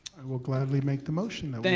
i will gladly make the motion that